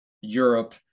Europe